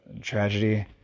tragedy